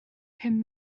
pum